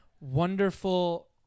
wonderful